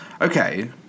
Okay